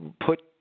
put